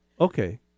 okay